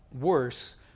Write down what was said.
worse